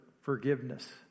forgiveness